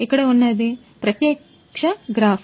ఇక్కడ ఉన్నది ప్రత్యక్ష గ్రాఫ్